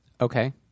Okay